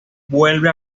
vuelve